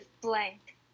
blank